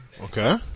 Okay